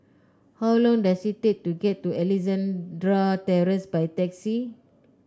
how long does it take to get to Alexandra Terrace by taxi